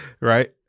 Right